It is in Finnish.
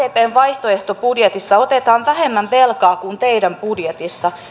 sdpn vaihtoehtobudjetissa otetaan vähemmän velkaa kuin teidän budjetissanne